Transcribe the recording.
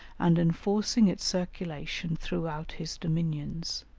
and enforcing its circulation throughout his dominions.